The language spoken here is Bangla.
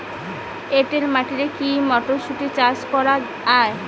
এটেল মাটিতে কী মটরশুটি চাষ করা য়ায়?